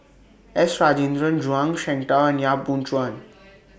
S Rajendran Zhuang Shengtao and Yap Boon Chuan